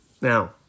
Now